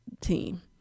team